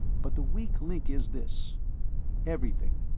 but the weak link is this everything,